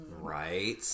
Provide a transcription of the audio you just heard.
right